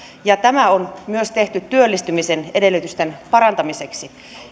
tämä on myös tehty työllistymisen edellytysten parantamiseksi